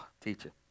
Teacher